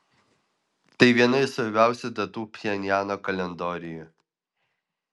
tai viena iš svarbiausių datų pchenjano kalendoriuje